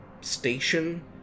station